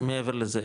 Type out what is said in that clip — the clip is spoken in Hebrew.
מעבר לזה?